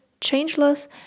changeless